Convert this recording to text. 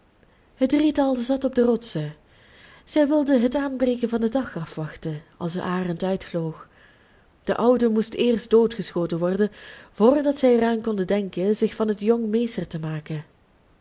het drietal zat op de rotsen zij wilden het aanbreken van den dag afwachten als de arend uitvloog de oude moest eerst doodgeschoten worden voordat zij er aan konden denken zich van het jong meester te maken